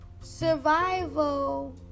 Survival